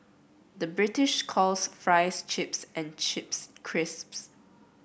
the British calls fries chips and chips crisps